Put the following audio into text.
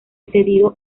cedido